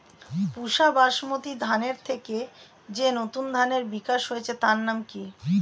পুসা বাসমতি ধানের থেকে যে নতুন ধানের বিকাশ হয়েছে তার নাম কি?